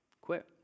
quit